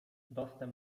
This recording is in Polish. dostęp